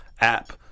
app